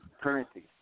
currency